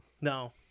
No